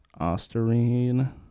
Osterine